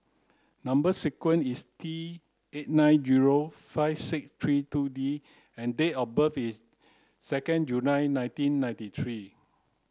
number sequence is T eight nine zero five six three two D and date of birth is second July nineteen ninety three